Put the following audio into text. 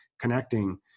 connecting